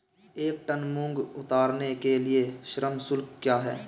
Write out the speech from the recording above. एक टन मूंग उतारने के लिए श्रम शुल्क क्या है?